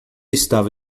estava